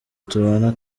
tubana